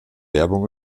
werbung